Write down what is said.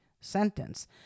sentence